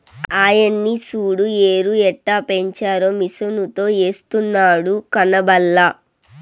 ఆయన్ని సూడు ఎరుయెట్టపెంచారో మిసనుతో ఎస్తున్నాడు కనబల్లా